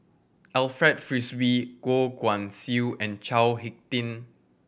Alfred Frisby Goh Guan Siew and Chao Hick Tin